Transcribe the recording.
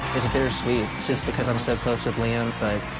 bittersweet just because i'm so close with liam. but,